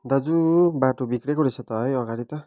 दाजु बाटो बिग्रेको रहेछ त है अगाडि त